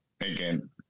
again